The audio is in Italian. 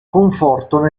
conforto